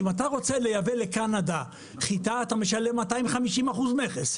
אתה רוצה לייבא לקנדה חיטה אתה משלם 250 אחוז מכס,